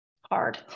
hard